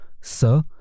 Sir